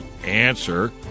Answer